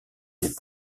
des